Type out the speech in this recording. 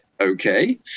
okay